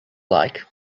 like